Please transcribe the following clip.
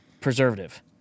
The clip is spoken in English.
preservative